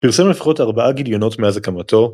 פרסם לפחות ארבעה גליונות מאז הקמתו.